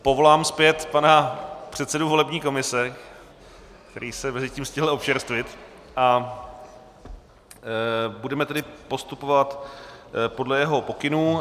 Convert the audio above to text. Povolám zpět pana předsedu volební komise, který se mezitím stihl občerstvit, a budeme tedy postupovat podle jeho pokynů.